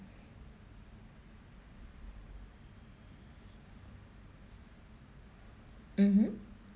mmhmm